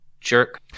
jerk